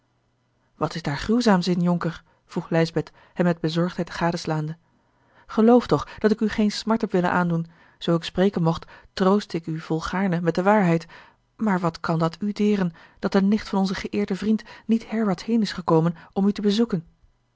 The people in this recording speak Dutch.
wat is daar gruwzaam in jonker vroeg lijsbeth hem met bezorgdheid gadeslaande geloof toch dat ik u geene smart heb willen aandoen zoo ik spreken mocht troostte ik u volgaarne met de waarheid maar wat kan dat u deren dat de nicht van onzen geëerden vriend niet herwaarts heen is gekomen om u te bezoeken